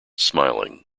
smiling